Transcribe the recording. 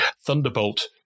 Thunderbolt